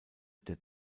der